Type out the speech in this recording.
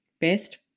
best